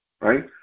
right